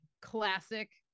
classic